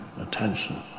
Attention